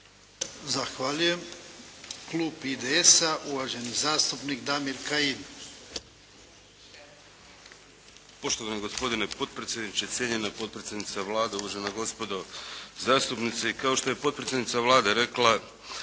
Zahvaljujem. Klub IDS-a uvaženi zastupnik Damir Kajin. **Kajin, Damir (IDS)** Poštovani gospodine potpredsjedniče, cijenjena potpredsjednice Vlade, uvažena gospodo zastupnici. Kao što je potpredsjednica Vlade rekla